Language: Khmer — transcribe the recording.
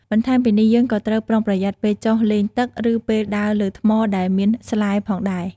បន្ថែមពីនេះ យើងក៏ត្រូវប្រុងប្រយ័ត្នពេលចុះលេងទឹក ឬពេលដើរលើថ្មដែលមានស្លែផងដែរ។